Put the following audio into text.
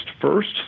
first